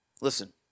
Listen